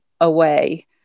away